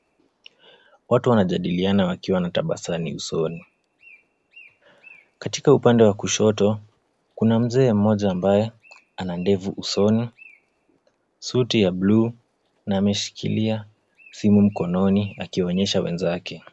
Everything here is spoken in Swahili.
Watu wanajadiliana wakiwa wanatabasani usoni. Katika upande wa kushoto, kuna mzee ambaye ana ndevu usoni, suti ya buluu na ameshikilia simu mkononi akionyesha wenzake.